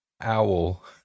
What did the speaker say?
owl